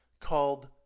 called